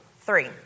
Three